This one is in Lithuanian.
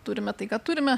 turime tai ką turime